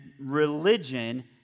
religion